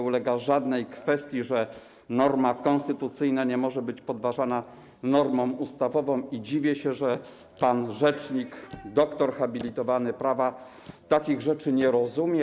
Nie ulega żadnej wątpliwości, że norma konstytucyjna nie może być podważana normą ustawową i dziwię się, że pan rzecznik, doktor habilitowany prawa, takich rzeczy nie rozumie.